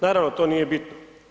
Naravno to nije bitno.